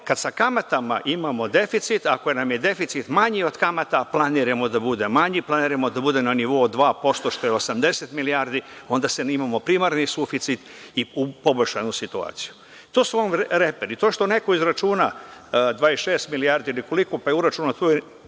kada sa kamatama imamo deficit, ako nam je deficit manji od kamata, a planiramo da bude manji, planiramo da bude na nivou od 2%, što je 80 milijardi, onda imamo primarni suficit i poboljšanu situaciju. To su vam reperi. To što neko izračuna 26 milijardi, ili koliko, pa je uračunat tu